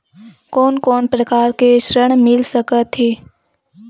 कोन कोन प्रकार के ऋण मिल सकथे?